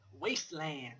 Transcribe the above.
wasteland